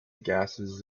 gases